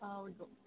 ಹೌದು